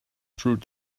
through